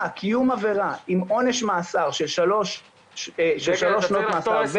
קיום עבירה עם עונש מאסר של 3 שנות מאסר,